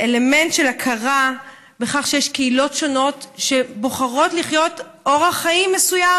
של האלמנט של הכרה בכך שיש קהילות שונות שבוחרות לחיות אורח חיים מסוים,